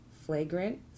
flagrant